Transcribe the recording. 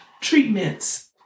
treatments